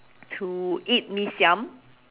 to eat mee siam